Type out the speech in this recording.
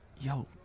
Yo